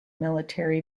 military